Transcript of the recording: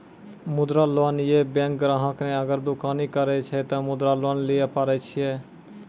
मुद्रा लोन ये बैंक ग्राहक ने अगर दुकानी करे छै ते मुद्रा लोन लिए पारे छेयै?